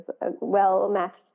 well-matched